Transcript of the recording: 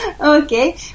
Okay